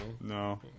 No